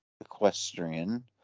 equestrian